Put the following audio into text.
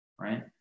right